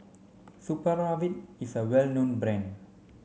Supravit is a well known brand